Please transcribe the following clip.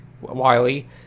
Wiley